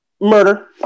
murder